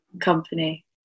company